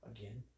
Again